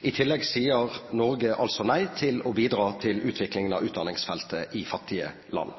I tillegg sier Norge altså nei til å bidra til utviklingen av utdanningsfeltet i fattige land.